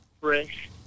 Fresh